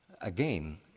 again